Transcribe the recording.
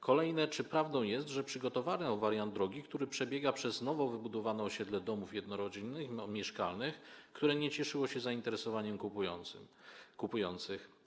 Kolejne: Czy prawdą jest, że przygotowano wariant drogi, że przebiega ona przez nowo wybudowane osiedle domów jednorodzinnych, mieszkalnych, które nie cieszyło się zainteresowaniem kupujących?